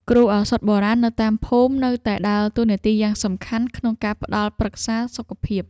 គ្រូឱសថបុរាណនៅតាមភូមិ នៅតែដើរតួនាទីយ៉ាងសំខាន់ក្នុងការផ្តល់ប្រឹក្សាសុខភាព។